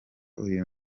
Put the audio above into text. uyu